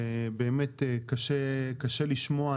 באמת קשה לשמוע,